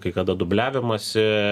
kai kada dubliavimąsi